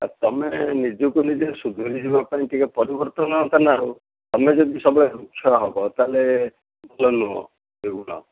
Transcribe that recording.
ଆଉ ତମେ ନିଜକୁ ନିଜେ ସୁଧୁରିଯିବା ପାଇଁ ଟିକିଏ ପରିବର୍ତ୍ତନ ଦରକାର ନା ଆଉ ତୁମେ ଯଦି ସବୁବେଳେ ରୁକ୍ଷ ହେବ ତା'ହେଲେ ଭଲ ନୁହଁ ଏ ଗୁଣ